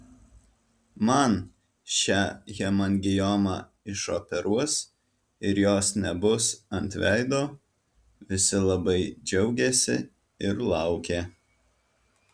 man šią hemangiomą išoperuos ir jos nebus ant veido visi labai džiaugėsi ir laukė